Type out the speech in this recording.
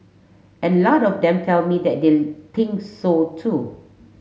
and a lot of them tell me that they think so too